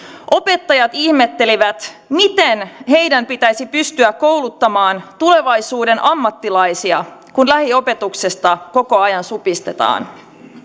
opettajat ihmettelivät miten heidän pitäisi pystyä kouluttamaan tulevaisuuden ammattilaisia kun lähiopetuksesta koko ajan supistetaan